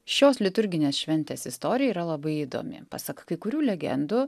šios liturginės šventės istorija yra labai įdomi pasak kai kurių legendų